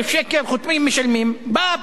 בא הפקיד, אומר, שילמת 50?